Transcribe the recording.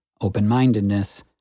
open-mindedness